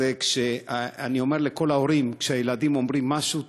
אז אני אומר לכל ההורים: כשהילדים אומרים משהו,